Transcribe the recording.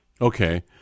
Okay